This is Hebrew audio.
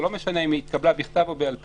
זה לא משנה אם היא התקבלה בכתב או בעל פה.